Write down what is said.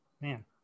man